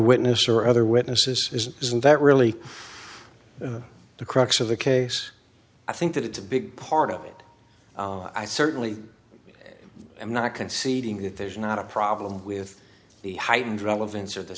witness or other witnesses isn't that really the crux of the case i think that it's a big part of it i certainly i'm not conceding that there's not a problem with the heightened relevance of the